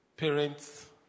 Parents